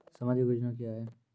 समाजिक योजना क्या हैं?